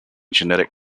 genetic